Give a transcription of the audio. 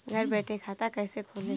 घर बैठे खाता कैसे खोलें?